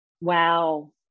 Wow